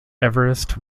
everest